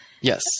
Yes